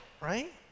right